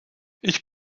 ich